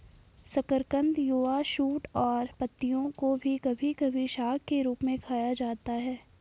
शकरकंद युवा शूट और पत्तियों को कभी कभी साग के रूप में खाया जाता है